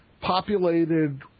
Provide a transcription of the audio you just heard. populated